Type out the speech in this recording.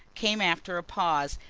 came after a pause,